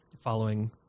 following